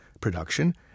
production